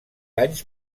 anys